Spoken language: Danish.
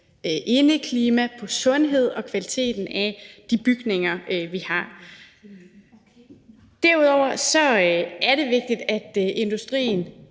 indeklima, på sundhed og på kvaliteten af de bygninger, vi har. Og så er det vigtigt, at industrien